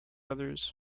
others